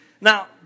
Now